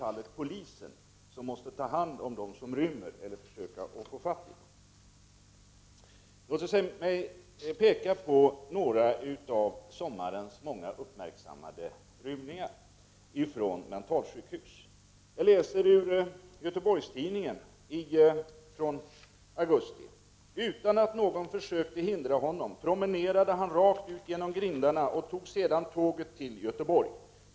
Men det är polisen som måste ta hand om dem som rymmer eller försöka få fatt i sådana här personer. Jag vill peka på några av sommarens många uppmärksammade rymningar från mentalsjukhus. I GT står det att läsa en dag i augusti: ”Utan att någon försökte hindra honom promenerade han rakt ut genom grindarna och tog sedan tåget till Göteborg.